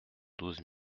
douze